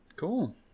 cool